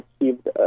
achieved